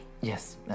Yes